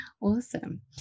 Awesome